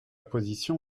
position